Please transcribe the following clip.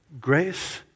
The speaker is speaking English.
Grace